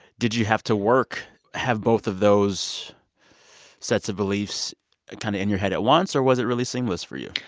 did you have to work have both of those sets of beliefs kind of in your head at once, or was it really seamless for you?